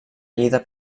lleida